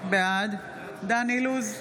בעד דן אילוז,